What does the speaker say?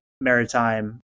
maritime